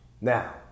Now